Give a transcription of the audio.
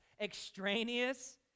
extraneous